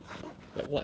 like what